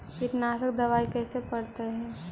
कीटनाशक दबाइ कैसे पड़तै है?